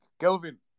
Kelvin